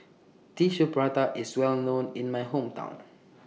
Tissue Prata IS Well known in My Hometown